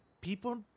people